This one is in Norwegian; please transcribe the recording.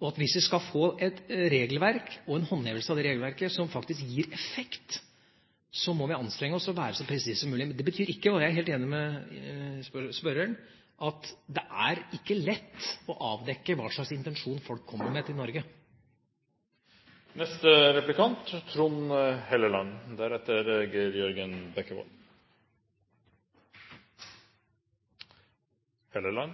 og at hvis vi skal få et regelverk og en håndhevelse av det regelverket som faktisk gir effekt, må vi anstrenge oss og være så presise som mulig. Men det betyr ikke – og der er jeg helt enig med spørreren – at det er lett å avdekke hvilken intensjon folk har når de kommer